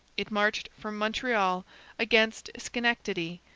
it marched from montreal against schenectady,